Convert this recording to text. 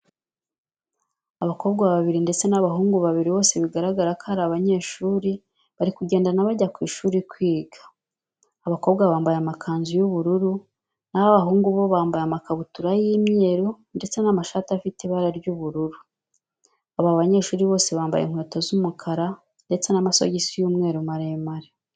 Abakobwa babiri ndetse n'abahungu babiri bose bigaragara ko ari abanyeshuri bari kugendana bajya ku ishuri kwiga. Abakobwa bambaye amakanzu y'ubururu, naho abahungu bo bambaye amakabutura y'imyeru ndetse n'amashati afite ibara ry'ubururu. Aba banyeshuri bose bambaye inkweto z'umukara ndetse n'amasogisi y'umweru maremare.